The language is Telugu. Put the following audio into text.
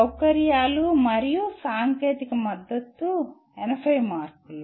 సౌకర్యాలు మరియు సాంకేతిక మద్దతు 80 మార్కులు